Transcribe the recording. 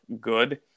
good